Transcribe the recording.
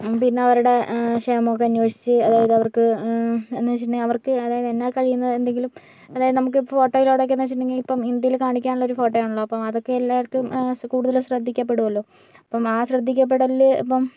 പിന്നെ അവരുടെ ക്ഷേമൊക്കെ അന്വേഷിച്ച് അതായത് അവർക്ക് എന്ന് വെച്ചിട്ടുണ്ടെങ്കി അവർക്ക് അതായത് എന്നാൽ കഴിയുന്ന എന്തെങ്കിലും അതായത് നമുക്ക് ഫോട്ടോയിലൂടെക്കേന്ന് വച്ചിട്ടുണ്ടെങ്കി ഇപ്പം ഇന്ത്യയില് കാണിക്കാനുള്ള ഒരു ഫോട്ടോയാണല്ലോ അപ്പം അതൊക്കെ എല്ലാർക്കും സ് കൂടുതലും ശ്രദ്ധിക്കപ്പെടുവല്ലൊ അപ്പം ആ ശ്രദ്ധിക്കപ്പെടലില് ഇപ്പം